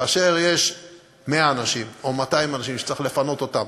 כאשר יש 100 אנשים או 200 אנשים שצריך לפנות אותם,